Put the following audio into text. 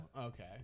Okay